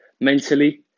mentally